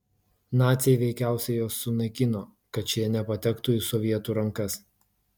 naciai veikiausiai juos sunaikino kad šie nepatektų į sovietų rankas